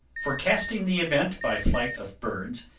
forecasting the event by flight of birds,